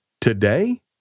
today